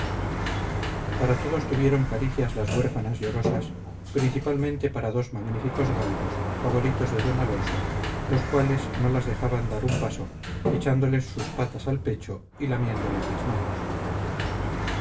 para todos tuvieron caricias las huérfanas llorosas principalmente para dos magníficos galgos favoritos de d alonso los cuales no las dejaban dar un paso echándoles sus patas al pecho y lamiéndoles las manos